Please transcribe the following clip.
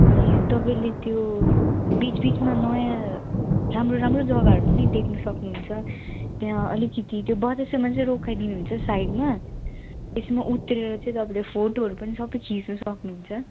ए तपाईँले त्यो बिच बिचमा नयाँ राम्रो राम्रो जग्गाहरू पनि देख्नु सक्नुहुन्छ त्यहाँ अलिकिति त्यो बतासेमा रोकाइदिनु हुन्छ साइडमा तेसमा उत्रेर चाहिँ तपाईँले फोटोहरू पनि सबै खिच्नु सक्नुहुन्छ